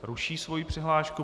Ruší svoji přihlášku.